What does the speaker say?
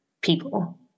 people